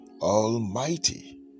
Almighty